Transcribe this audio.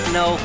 no